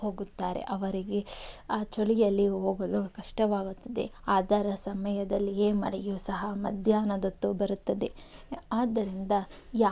ಹೋಗುತ್ತಾರೆ ಅವರಿಗೆ ಆ ಚಳಿಯಲ್ಲಿ ಹೋಗಲು ಕಷ್ಟವಾಗುತ್ತದೆ ಅದರ ಸಮಯದಲ್ಲಿಯೇ ಮಳೆಯೂ ಸಹ ಮಧ್ಯಾಹ್ನದೊತ್ತು ಬರುತ್ತದೆ ಆದ್ದರಿಂದ